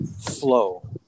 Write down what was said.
flow